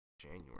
January